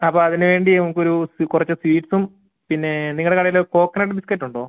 അപ്പം അതിന് വേണ്ടി നമുക്ക് ഒരൂ കുറച്ച് സ്വീറ്റ്സും പിന്നെ നിങ്ങളുടെ കടയിൽ കോക്കനട് ബിസ്ക്കറ്റ് ഉണ്ടോ